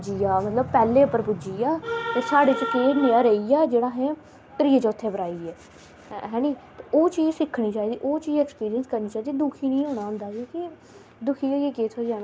ताइयें अजकल लोकें टीबी लाए दे ना टीबी च अलग अलग न्यूज़ चैनल जे को मिडिया होई गेआ जेके अपडेट होई गेआ लोग इत्थुआं कोई बी न्यूज़ आंदी ऐ इत्थुाआं ज्याद सुनदे ना क्योकि